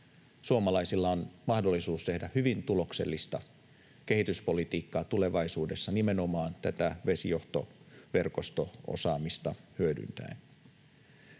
Suomalaisilla on mahdollisuus tehdä hyvin tuloksellista kehityspolitiikkaa tulevaisuudessa nimenomaan tätä vesijohtoverkosto-osaamista hyödyntäen.